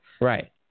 Right